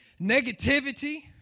Negativity